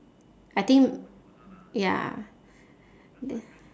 I think ya th~